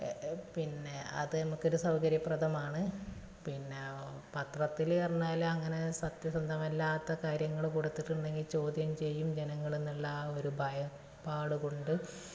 പിന്നെ അത് നമുക്ക് ഒരു സൗകര്യപ്രദമാണ് പിന്നെ പത്രത്തിൽ പറഞ്ഞാൽ അങ്ങനെ സത്യസന്ധമല്ലാത്ത കാര്യങ്ങൾ കൊടുത്തിട്ടുണ്ടെങ്കിൽ ചോദ്യം ചെയ്യും ജനങ്ങളെന്നുള്ള ആ ഒരു ഭയപ്പാട് കൊണ്ട്